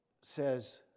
says